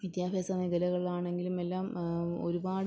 വിദ്യാഭ്യാസ മേഘലകളാണെങ്കിലും എല്ലാം ഒരുപാട്